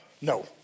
no